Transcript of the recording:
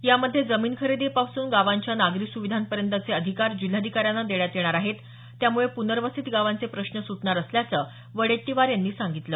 यामध्ये जमीन खरेदीपासून गावांच्या नागरी सुविधांपर्यंतचे अधिकार जिल्हाधिकाऱ्यांना देण्यात येणार आहेत त्यामुळे पुनर्वसित गावांचे प्रश्न सुटणार असल्याचं वडेट्टीवार यांनी सांगितलं